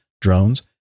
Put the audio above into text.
drones